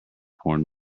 porn